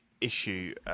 issue